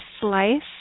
slice